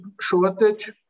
shortage